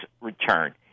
return